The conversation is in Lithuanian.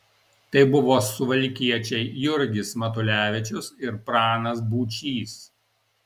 tai buvo suvalkiečiai jurgis matulevičius ir pranas būčys